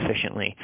efficiently